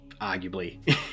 arguably